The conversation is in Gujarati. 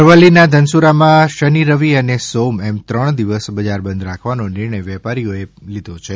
અરવલી ના ધનસુરા માં શનિ રવિ અને સોમ એમ ત્રણ દિવસ બજારબંધ રાખવાનો નિર્ણય વેપારીઓ એ લીધો છે